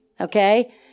Okay